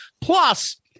Plus